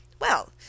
Well